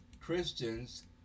Christians